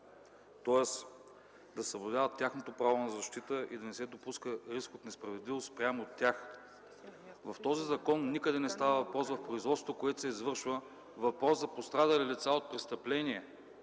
Тоест да се съблюдава тяхното право на защита и да не се допуска риск от несправедливост спрямо тях. В този закон никъде не става въпрос за производство, което се извършва в полза на пострадали лица от престъпления